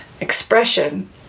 expression